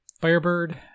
firebird